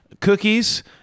cookies